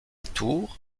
tour